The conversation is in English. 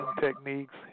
techniques